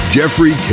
Jeffrey